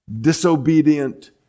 Disobedient